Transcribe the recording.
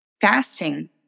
fasting